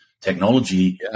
technology